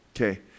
okay